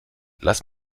lass